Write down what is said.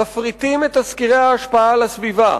מפריטים את תסקירי ההשפעה על הסביבה,